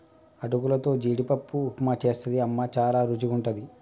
అటుకులతో జీడిపప్పు ఉప్మా చేస్తది అమ్మ చాల రుచిగుంటది